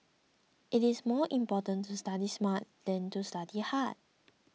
it is more important to study smart than to study hard